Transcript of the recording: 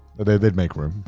they'd they'd make room.